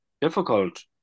difficult